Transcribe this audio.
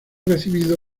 recibido